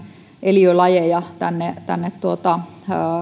eliölajeja tänne tänne